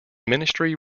ministry